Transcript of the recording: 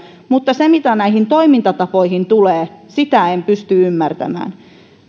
mutta sitä mitä näihin toimintatapoihin tulee en pysty ymmärtämään